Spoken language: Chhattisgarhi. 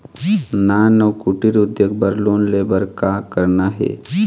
नान अउ कुटीर उद्योग बर लोन ले बर का करना हे?